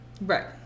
Right